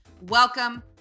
Welcome